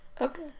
Okay